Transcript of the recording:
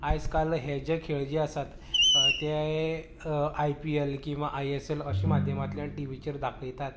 आयज काल हे जे खेळ जे आसात ते आय पी एल किंवां आय एस एल अशें माध्यमांतल्यान टिवीचेर दाखयतात